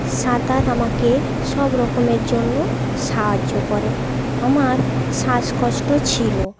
সাঁতার আমাকে সবরকমের জন্য সাহায্য করে আমার শ্বাসকষ্ট ছিল